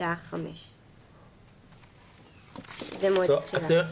בשעה 5.00." זה מועד התחילה.